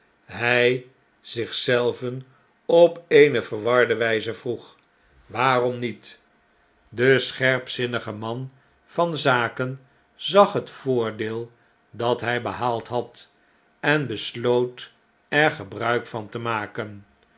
hij zich zelven op eene verwarde wijze vroeg waarom niet de scherpzinnige man van zaken zag het voordeel dat hy behaald had en besloot er gebruik van te maken